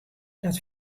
dat